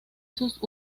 sus